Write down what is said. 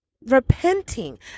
repenting